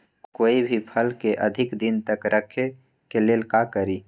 कोई भी फल के अधिक दिन तक रखे के लेल का करी?